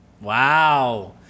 Wow